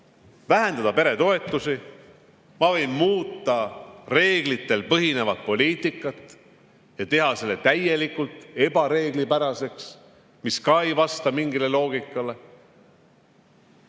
vähendada peretoetusi, ma võin muuta reeglitel põhinevat poliitikat ja teha selle täielikult ebareeglipäraseks, mis ka ei vasta mingile loogikale,